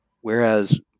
Whereas